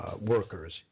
workers